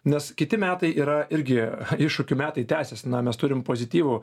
nes kiti metai yra irgi iššūkių metai tęsiasi na mes turim pozityvų